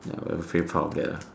ya we were very proud of that ah